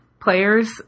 players